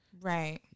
Right